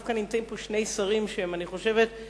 דווקא נמצאים כאן שני שרים שהם ישרי